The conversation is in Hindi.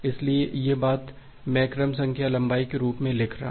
इसलिए यह बात मैं क्रम संख्या लंबाई के रूप में लिख रहा हूं